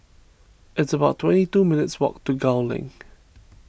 it's about twenty two minutes' walk to Gul Link